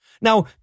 now